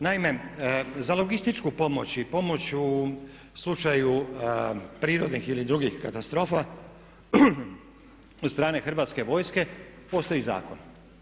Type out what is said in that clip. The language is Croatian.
Naime, za logističku pomoć i pomoć u slučaju prirodnih ili drugih katastrofa od strane Hrvatske vojske postoji zakon.